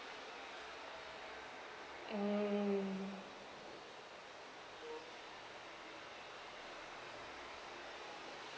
mm